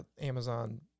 Amazon